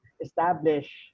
establish